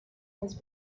has